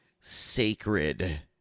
sacred